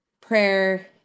prayer